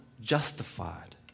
justified